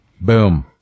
Boom